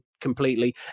completely